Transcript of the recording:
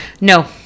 No